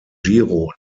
giro